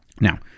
Now